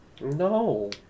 No